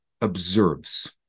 observes